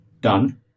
done